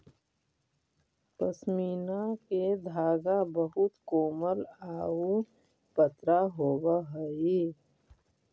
पशमीना के धागा बहुत कोमल आउ पतरा होवऽ हइ